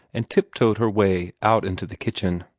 and tiptoed her way out into the kitchen.